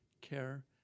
care